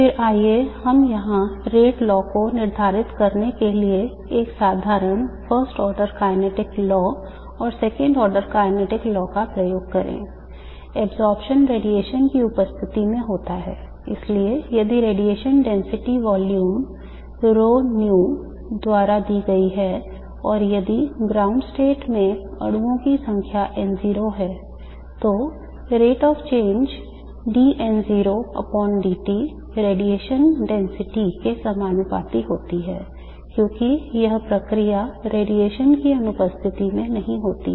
फिर आइए हम यहां दर कानून के समानुपाती होती है क्योंकि यह प्रक्रिया रेडिएशन की अनुपस्थिति में नहीं होती है